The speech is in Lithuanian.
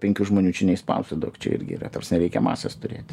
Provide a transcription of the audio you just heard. penkių žmonių čia neišspausi daug čia irgi yra ta prasme reikia mases turėti